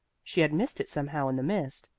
she had missed it somehow in the mist.